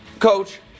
Coach